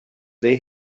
they